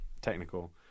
technical